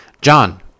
John